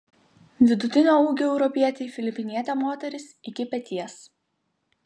vidutinio ūgio europietei filipinietė moteris iki peties